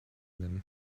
them